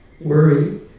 worry